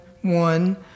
one